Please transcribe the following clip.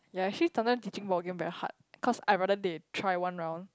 ya actually sometimes teaching ball game very hard cause I rather they try one round